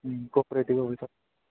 ਹਮ cooperative ਹੋਵੇ ਤਾਂ